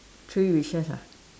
three wishes ah